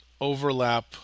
overlap